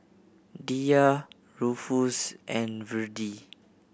Diya Rufus and Virdie